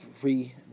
free